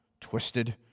twisted